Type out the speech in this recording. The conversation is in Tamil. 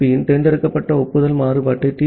பியின் தேர்ந்தெடுக்கப்பட்ட ஒப்புதல் மாறுபாட்டை டி